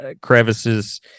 crevices